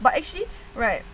but actually right